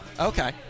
Okay